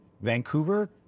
Vancouver